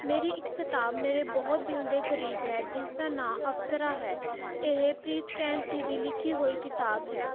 ਮੇਰੀ ਇੱਕ ਕਿਤਾਬ ਮੇਰੇ ਬਹੁਤ ਦਿਲ ਦੇ ਕਰੀਬ ਹੈ ਜਿਸ ਦਾ ਨਾਂ ਅਪਸਰਾ ਹੈ ਇਹ ਪ੍ਰੀਤ ਕੈਂਥ ਜੀ ਦੀ ਲਿਖੀ ਹੋਈ ਕਿਤਾਬ ਹੈ